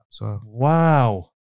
Wow